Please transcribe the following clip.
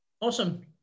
awesome